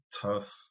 tough